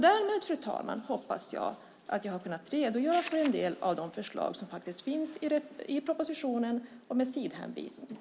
Därmed, fru talman, hoppas jag att jag har kunnat redogöra för en del av de förslag som faktiskt finns i propositionen och med sidhänvisningar.